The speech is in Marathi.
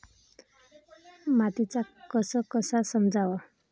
मातीचा कस कसा समजाव?